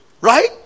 Right